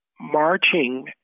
Marching